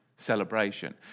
celebration